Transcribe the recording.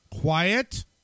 quiet